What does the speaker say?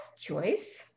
choice